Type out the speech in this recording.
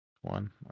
One